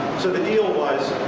so the deal was,